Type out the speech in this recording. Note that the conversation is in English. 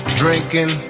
drinking